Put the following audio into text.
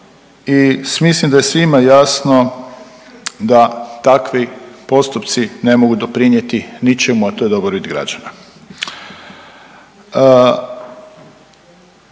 i mislim da je svima jasno da takvi postupci ne mogu doprinijeti ničemu, a to je dobrobit građana.